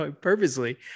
purposely